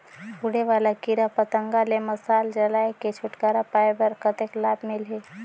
उड़े वाला कीरा पतंगा ले मशाल जलाय के छुटकारा पाय बर कतेक लाभ मिलही?